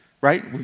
right